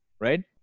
right